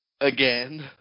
again